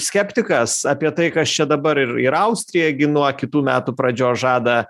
skeptikas apie tai kas čia dabar ir ir austrija gi nuo kitų metų pradžios žada